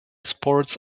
sports